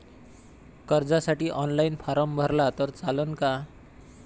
कर्जसाठी online form भरला तर चालन का?